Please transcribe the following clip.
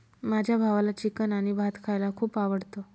माझ्या भावाला चिकन आणि भात खायला खूप आवडतं